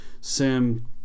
Sam